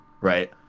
right